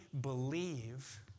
believe